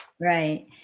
Right